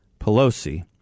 Pelosi